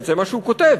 וזה מה שהוא כותב,